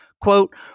Quote